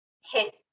hit